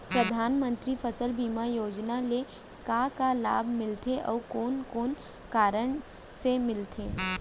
परधानमंतरी फसल बीमा योजना ले का का लाभ मिलथे अऊ कोन कोन कारण से मिलथे?